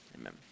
Amen